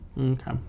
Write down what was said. Okay